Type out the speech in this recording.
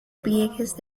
pliegues